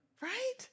Right